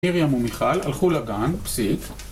מרים ומיכל הלכו לגן, פסיק.